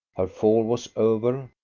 her fall was over,